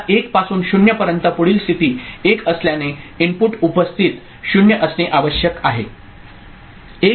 पुन्हा 1 पासून 0 पर्यंत पुढील स्थिती 1 असल्याने इनपुट उपस्थित 0 असणे आवश्यक आहे